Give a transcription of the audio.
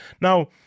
Now